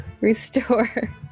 Restore